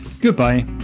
Goodbye